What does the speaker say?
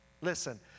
Listen